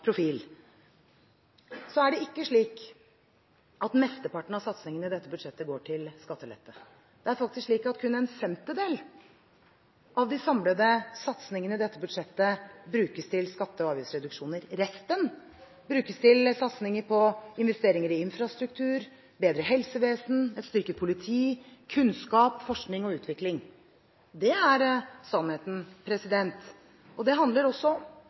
Så er det ikke slik at mesteparten av satsingen i dette budsjettet går til skattelette. Det er faktisk kun en femtedel av de samlede satsingene i dette budsjettet som brukes til skatte- og avgiftsreduksjoner. Resten brukes til satsinger på investeringer i infrastruktur, bedre helsevesen, et styrket politi, kunnskap, forskning og utvikling. Det er sannheten. Det handler også om